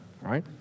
right